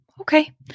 Okay